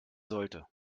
sollte